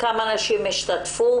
כמה נשים השתתפו,